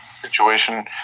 situation